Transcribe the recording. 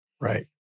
Right